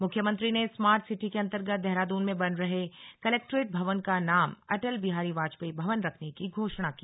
मुख्यमंत्री ने smart city के अन्तर्गत देहरादून में बन रहे कलक्ट्रेट भवन का नाम अटल बिहारी वाजपेयी भवन रखने की घोषणा की